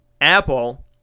Apple